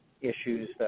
issues